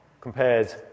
compared